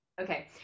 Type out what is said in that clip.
Okay